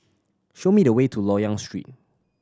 show me the way to Loyang Street